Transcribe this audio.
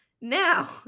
Now